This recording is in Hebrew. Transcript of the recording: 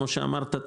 כמו שאמרת,